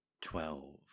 Twelve